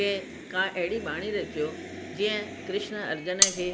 की का अहिड़ी ॿाणी रचियो जीअं कृष्ण अर्जुन खे